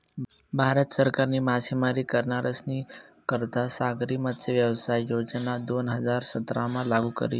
भारत सरकारनी मासेमारी करनारस्नी करता सागरी मत्स्यव्यवसाय योजना दोन हजार सतरामा लागू करी